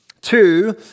Two